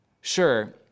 Sure